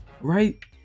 Right